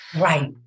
Right